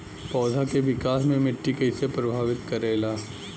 पौधा के विकास मे मिट्टी कइसे प्रभावित करेला?